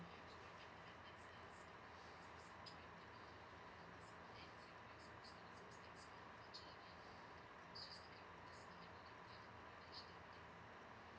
okay oh